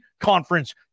conference